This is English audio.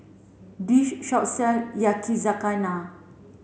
this shop sell Yakizakana